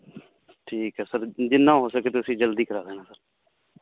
ਠੀਕ ਐ ਸਰ ਜਿੰਨਾ ਹੋ ਸਕੇ ਤੁਸੀਂ ਜਲਦੀ ਕਰਾ ਦੇਣਾ ਸਰ